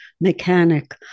mechanic